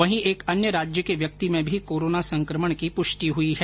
वहीं एक अन्य राज्य के व्यक्ति में भी कोरोना संकमण की पुष्टि हुई है